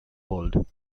world